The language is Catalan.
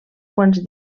quants